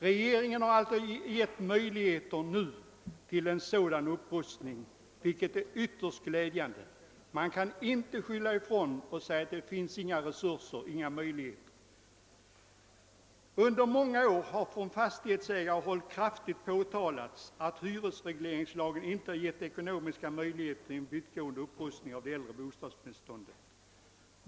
Vi har alltså nu givit möjligheter till en sådan upprustning, vilket är ytterst glädjande. Man kan inte skylla ifrån sig och säga att det inte finns ekonomiska resurser eller andra förutsättningar till förbättringar. Under många år har från fastighetsägarhåll kraftigt påtalats att hyresregleringslagen har förhindrat en vittgående upprustning av det äldre bostadsbeståndet.